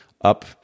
up